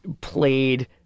played